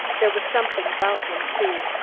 there was something about him, too,